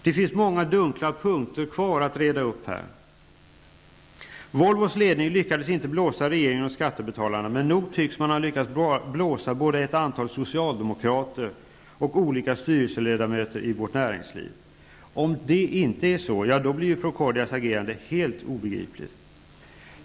Det finns många dunkla punkter kvar att reda ut. Volvos ledning lyckades inte ''blåsa'' regeringen och skattebetalarna, men nog tycks man ha lyckats ''blåsa'' både ett antal socialdemokrater och olika styrelseledamöter i vårt näringsliv. Om det inte är så, blir Procordias agerande helt obegripligt.